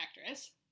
actress